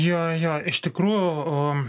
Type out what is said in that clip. jo jo iš tikrųjų o